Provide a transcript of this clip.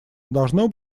должно